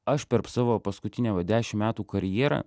aš perp savo paskutinę va dešim metų karjerą